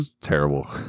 terrible